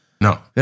No